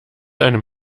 einem